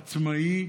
עצמאי.